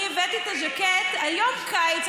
היום קיץ.